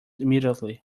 immediately